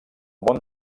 món